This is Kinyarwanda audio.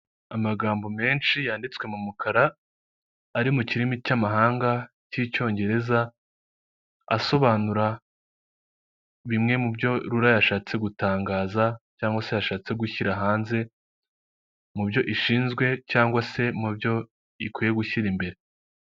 Uyu ni umugabo wambaye ishati n'umupira w'umweru, akaba ari guseka, mu biganza bye akaba afashe telefone yanditsemo amagambo agiye atandukanye.